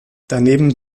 daneben